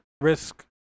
risk